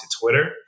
Twitter